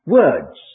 words